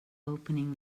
opening